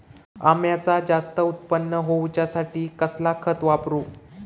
अम्याचा जास्त उत्पन्न होवचासाठी कसला खत वापरू?